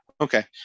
Okay